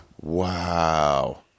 Wow